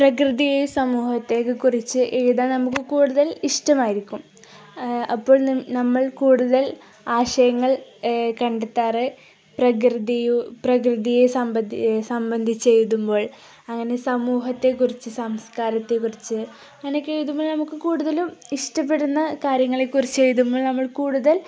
പ്രകൃതിയെ സമൂഹത്തയൊക്കെക്കുറിച്ച് എഴുതാൻ നമുക്കു കൂടുതൽ ഇഷ്ടമായിരിക്കും അപ്പോൾ നമ്മൾ കൂടുതൽ ആശയങ്ങൾ കണ്ടെത്താറു പ്രകൃതിയെ സംബന്ധിച്ച് എഴുതുമ്പോൾ അങ്ങനെ സമൂഹത്തെക്കുറിച്ച് സംസ്കാരത്തെക്കുറിച്ച് അങ്ങനെയൊക്കെ എഴുതുമ്പോൾ നമുക്കു കൂടുതലും ഇഷ്ടപ്പെടുന്ന കാര്യങ്ങളെക്കുറിച്ച് എഴുതുമ്പോൾ നമ്മൾ കൂടുതൽ